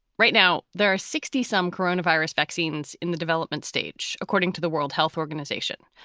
right now, there are sixty some coronavirus vaccines in the development stage, according to the world health organization.